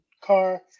car